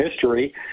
history